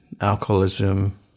alcoholism